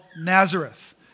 Nazareth